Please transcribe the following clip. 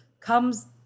comes